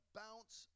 bounce